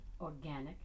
organic